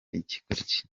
ikigoryi